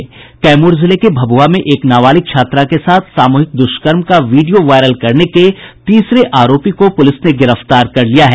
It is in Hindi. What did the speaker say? कैमूर जिले के भभुआ में एक नाबालिग छात्रा के साथ सामूहिक दुष्कर्म का वीडियो वायरल करने के तीसरे आरोपी को पुलिस ने गिरफ्तार कर लिया है